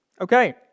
Okay